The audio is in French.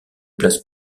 place